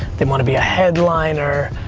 they wanna be a headliner.